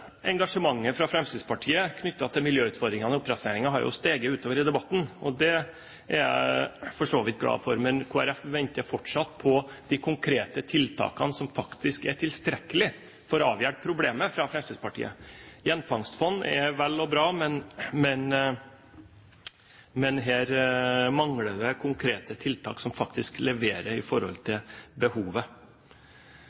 engasjementet fra Fremskrittspartiet knyttet til miljøutfordringene i oppdrettsnæringen har steget utover i debatten, og det er jeg for så vidt glad for. Men Kristelig Folkeparti venter fortsatt på de konkrete tiltakene fra Fremskrittspartiet som faktisk er tilstrekkelige for å avhjelpe problemet. Gjenfangstfond er vel og bra, men her mangler det konkrete tiltak som faktisk står i forhold til